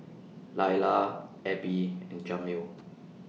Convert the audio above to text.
Lyla Abby and Jamil